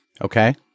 Okay